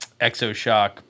Exoshock